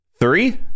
Three